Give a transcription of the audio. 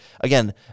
again